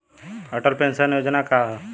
Atal pension योजना का ह?